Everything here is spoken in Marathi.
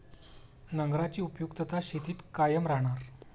नांगराची उपयुक्तता शेतीत कायम राहणार